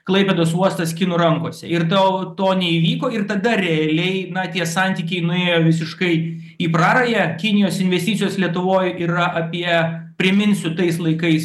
klaipėdos uostas kinų rankose ir tau to neįvyko ir tada realiai na tie santykiai nuėjo visiškai į prarają kinijos investicijos lietuvoj yra apie priminsiu tais laikais